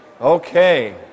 Okay